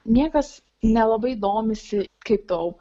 niekas nelabai domisi kaip tau